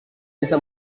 bisa